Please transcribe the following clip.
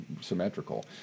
symmetrical